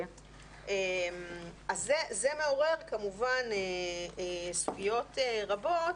זה מעורר כמובן סוגיות רבות.